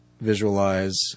visualize